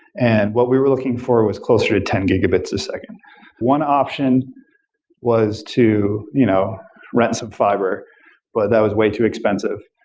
and what we were looking for was closer to ten gigabits a second one option was to you know rent some fibr, but that was way too expensive.